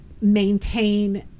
maintain